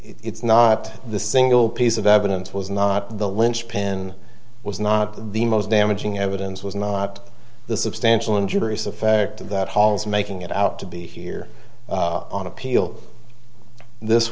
it's not the single piece of evidence was not the linchpin was not the most damaging evidence was not the substantial injuries affected that hall's making it out to be here on appeal this